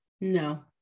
No